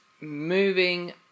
Moving